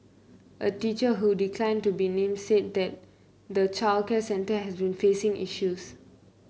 a teacher who declined to be named said that the childcare centre had been facing issues